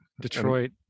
detroit